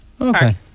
Okay